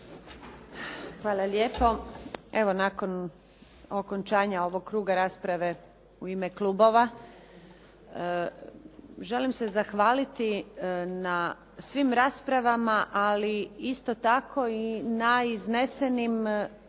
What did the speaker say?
Hvala lijepo. Evo, nakon okončanja ovog kruga rasprave u ime klubova, želim se zahvaliti na svim raspravama, ali isto tako i na iznesenim